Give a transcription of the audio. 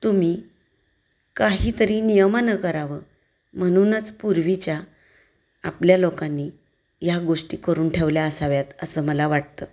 तुम्ही काहीतरी नियमानं करावं म्हणूनच पूर्वीच्या आपल्या लोकांनी ह्या गोष्टी करून ठेवल्या असाव्यात असं मला वाटतं